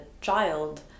child